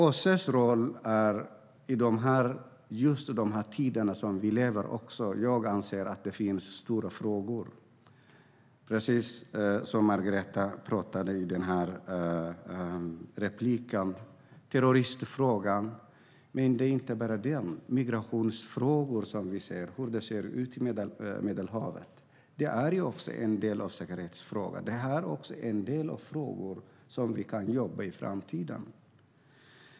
Jag anser att det finns stora frågor för OSSE i den tid vi lever. Margareta Cederfelt talade i repliken om terroristfrågan. Men det är inte bara den. Migrationsfrågan och hur det ser ut i Medelhavet är också en säkerhetsfråga. Detta är en del av de frågor som vi kan jobba med i framtiden.